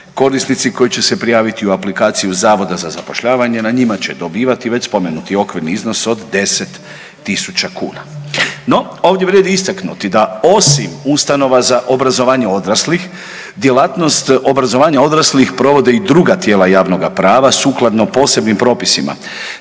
Korisnici koji će se prijaviti u aplikaciju Zavoda za zapošljavanje na njima će dobivati već spomenuti okvirni iznos od 10.000 kuna. No, ovdje vrijedi istaknuti da osim ustanova za obrazovanje odraslih, djelatnost obrazovanja odraslih provode i druga tijela javnoga prava sukladno posebnim propisima,